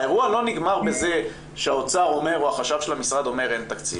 האירוע לא נגמר בזה שהאוצר או החשב של המשרד אומר 'אין תקציב'.